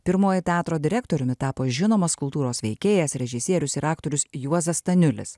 pirmuoju teatro direktoriumi tapo žinomas kultūros veikėjas režisierius ir aktorius juozas staniulis